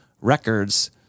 records